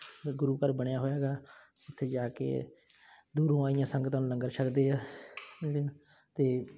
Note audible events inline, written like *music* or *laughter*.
ਗੁਰੂ ਘਰ ਬਣਿਆ ਹੋਇਆ ਹੈਗਾ ਉੱਥੇ ਜਾ ਕੇ ਦੂਰੋਂ ਆਈਆਂ ਸੰਗਤਾਂ ਨੂੰ ਲੰਗਰ ਛਕਦੇ ਆ *unintelligible* ਅਤੇ